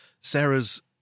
Sarah's